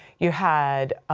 you had,